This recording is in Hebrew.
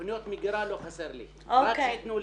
מה שהם מסוגלים לתת,